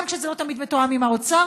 גם כשזה לא תמיד מתואם עם האוצר,